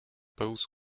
both